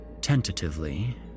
tentatively